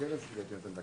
בינתיים נעבור לרן